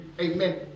amen